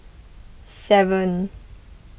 seven